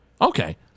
okay